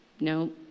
No